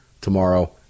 tomorrow